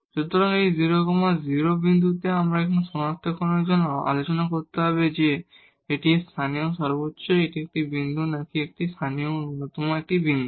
সুতরাং এই 0 0 বিন্দুতে এখন আমাদের সনাক্তকরণের জন্য আলোচনা করতে হবে যে এটি লোকাল ম্যাক্সিমা একটি বিন্দু নাকি এটি লোকাল মিনিমা একটি বিন্দু